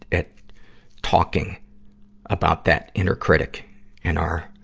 at talking about that inner critic in our,